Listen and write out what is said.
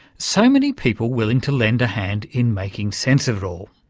so many people willing to lend a hand in making sense of it all.